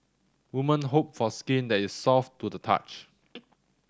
women hope for skin that is soft to the touch